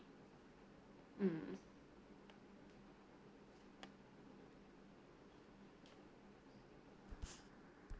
mm